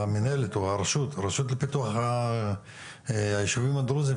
מהמנהלת או הרשות לפיתוח הישובים הדרוזים.